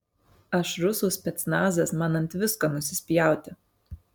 aš rusų specnazas man ant visko nusispjauti